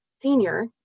senior